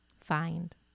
Find